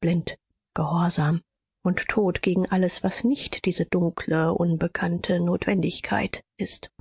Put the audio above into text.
blind gehorsam und tot gegen alles was nicht diese dunkle unbekannte notwendigkeit ist